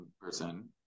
person